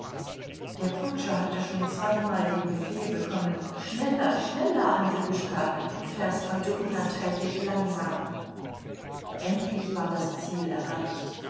der kutscher hatte schon zweimal den befehl bekommen schneller schneller andrjuschka du fährst heute unerträglich langsam endlich war das ziel erreicht